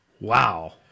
Wow